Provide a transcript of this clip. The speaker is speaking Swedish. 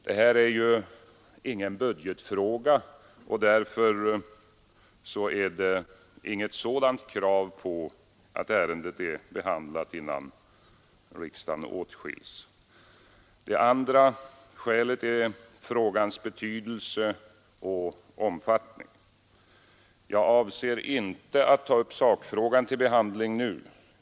Detta är ju ingen budgetfråga och därför är det inget sådant krav på att ärendet blir behandlat innan riksdagen åtskils. Det andra skälet är frågans betydelse och omfattning. Jag avser inte att ta upp sakfrågan till behandling nu.